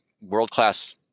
world-class